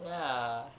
ya